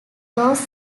those